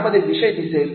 यामध्ये विषय दिसेल